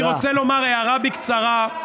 אני רוצה לומר הערה, בקצרה.